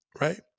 right